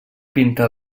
pintar